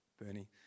Bernie